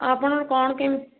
ଆଉ ଆପଣଙ୍କର କ'ଣ କେମିତି